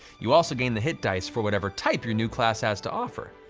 you also gain the hit dice for whatever type your new class has to offer.